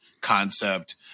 concept